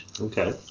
Okay